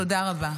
תודה רבה.